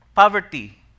Poverty